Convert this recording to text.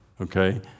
okay